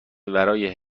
ورای